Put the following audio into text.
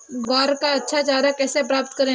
ग्वार का अच्छा चारा कैसे प्राप्त करें?